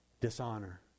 dishonor